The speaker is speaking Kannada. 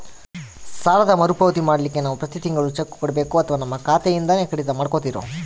ಸಾಲದ ಮರುಪಾವತಿ ಮಾಡ್ಲಿಕ್ಕೆ ನಾವು ಪ್ರತಿ ತಿಂಗಳು ಚೆಕ್ಕು ಕೊಡಬೇಕೋ ಅಥವಾ ನಮ್ಮ ಖಾತೆಯಿಂದನೆ ಕಡಿತ ಮಾಡ್ಕೊತಿರೋ?